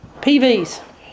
PVs